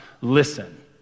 listen